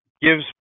gives